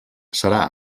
serà